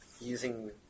Using